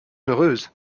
heureuse